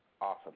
Awesome